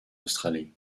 australie